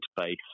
base